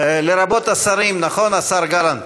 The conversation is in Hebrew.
לרבות השרים, נכון, השר גלנט?